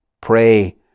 pray